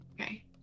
Okay